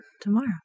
tomorrow